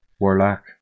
warlock